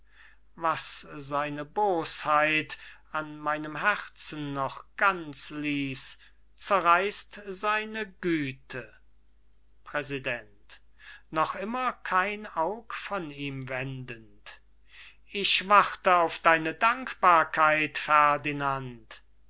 was seine bosheit an seinem herzen noch ganz ließ zerreißt seine güte präsident noch immer kein auge von ihm wendend ich warte auf deine dankbarkeit ferdinand ferdinand